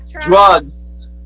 drugs